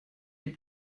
des